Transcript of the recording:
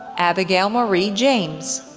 abigail marie james,